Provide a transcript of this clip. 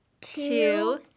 two